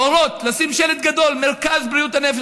להורות לשים שלט גדול: מרכז בריאות הנפש,